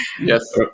Yes